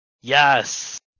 Yes